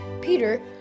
Peter